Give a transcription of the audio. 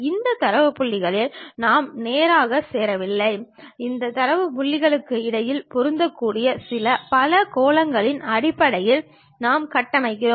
இந்த தரவு புள்ளிகளில் நாம் நேராக சேரவில்லை இந்த தரவு புள்ளிகளுக்கு இடையில் பொருந்தக்கூடிய சில பலகோணங்களின் அடிப்படையில் நாம் கட்டமைக்கிறோம்